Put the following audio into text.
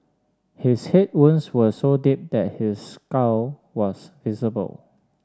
his head wounds were so deep that his skull was visible